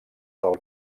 del